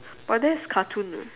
but that's cartoon eh